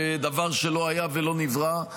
דבר שלא היה ולא נברא.